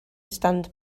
stand